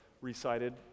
recited